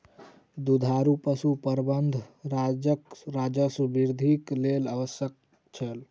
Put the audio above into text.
दुधारू पशु प्रबंधन राज्यक राजस्व वृद्धिक लेल आवश्यक छल